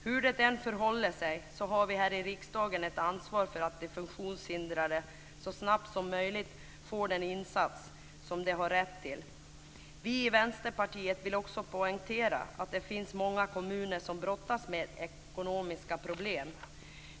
Hur det än förhåller sig har vi här i riksdagen ett ansvar för att de funktionshindrade så snabbt som möjligt får den insats som de har rätt till. Vi i Vänsterpartiet vill också poängtera att det finns många kommuner som brottas med ekonomiska problem.